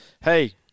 hey